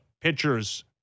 pitchers